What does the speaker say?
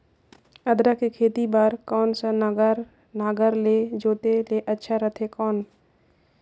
अदरक के खेती बार कोन सा नागर ले जोते ले अच्छा रथे कौन?